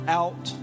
out